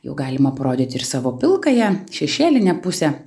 jau galima parodyti ir savo pilkąją šešėlinę pusę